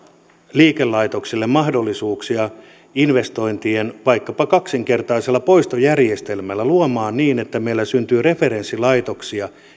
liikelaitoksille mahdollisuuksia investointeihin vaikkapa kaksinkertaisella poistojärjestelmällä niin että meillä syntyy referenssilaitoksia